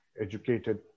educated